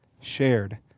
shared